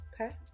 okay